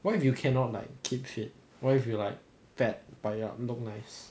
what if you cannot like keep fit what if you like fat but you ah look nice